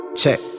check